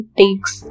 takes